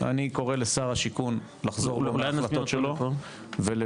ואני קורא לשר השיכון לחזור בו מההחלטות שלו ולבטל.